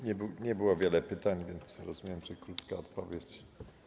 Nie było wiele pytań, więc rozumiem, że krótka odpowiedź.